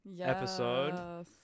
episode